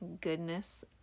Goodness